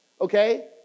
okay